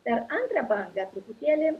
per antrą bangą truputėlį